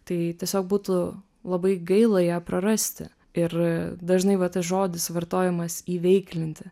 tai tiesiog būtų labai gaila ją prarasti ir dažnai va tas žodis vartojamas įveiklinti